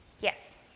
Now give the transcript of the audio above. Yes